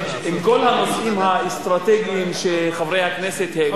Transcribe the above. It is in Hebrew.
עם כל הנושאים האסטרטגיים שחברי הכנסת העלו כאן,